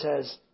says